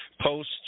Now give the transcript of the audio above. post